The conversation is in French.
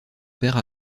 père